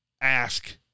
ask